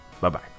Bye-bye